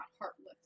heartless